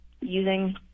using